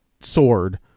sword